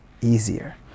easier